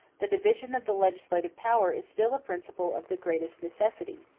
the division of the legislative power is still a principle of the greatest necessity.